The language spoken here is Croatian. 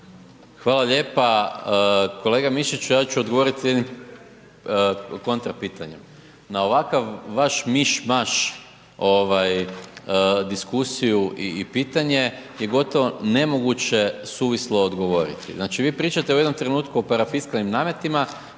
Hvala lijepa. Kolega Mišiću, ja ću odgovoriti jednim kontra pitanjem, na ovakav vaš miš-maš diskusiju i pitanje je gotovo nemoguće suvislo odgovoriti. Znači vi pričate u jednom trenutku o parafiskalnim nametima